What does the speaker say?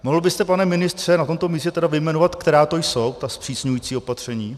Mohl byste, pane ministře, na tomto místě tedy vyjmenovat, která to jsou ta zpřísňující opatření?